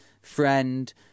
friend